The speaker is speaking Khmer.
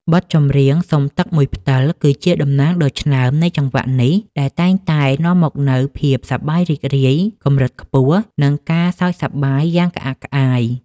បទចម្រៀង សុំទឹកមួយផ្តិល គឺជាតំណាងដ៏ឆ្នើមនៃចង្វាក់នេះ ដែលតែងតែនាំមកនូវភាពសប្បាយរីករាយកម្រិតខ្ពស់ និងការសើចសប្បាយយ៉ាងក្អាកក្អាយ។